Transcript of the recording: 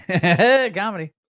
comedy